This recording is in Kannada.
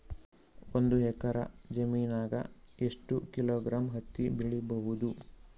ಒಂದ್ ಎಕ್ಕರ ಜಮೀನಗ ಎಷ್ಟು ಕಿಲೋಗ್ರಾಂ ಹತ್ತಿ ಬೆಳಿ ಬಹುದು?